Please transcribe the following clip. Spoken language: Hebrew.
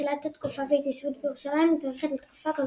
תחילת תקופת ההתיישבות בירושלים מתוארכת לתקופה הכלקוליתית,